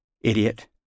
Idiot